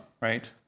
right